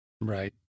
right